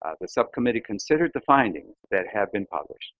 the subcommittee considered the findings that have been published,